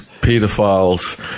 pedophiles